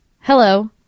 Hello